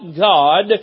God